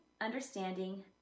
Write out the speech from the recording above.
understanding